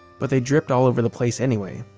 but they dripped all over the place anyway.